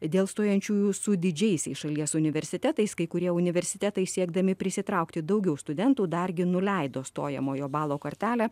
dėl stojančiųjų su didžiaisiais šalies universitetais kai kurie universitetai siekdami prisitraukti daugiau studentų dar gi nuleido stojamojo balo kartelę